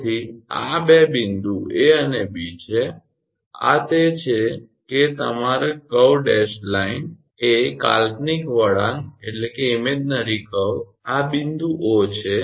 તેથી આ બે બિંદુ 𝐴 અને 𝐵 છે અને આ તે છે કે તમારી કર્વ ડેશ લાઇન એ કાલ્પનિક વળાંક આ બિંદુ 𝑂 છે